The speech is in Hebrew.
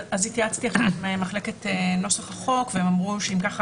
התייעצתי עכשיו עם מחלקת נוסח החוק והם אמרו שאם ככה,